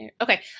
okay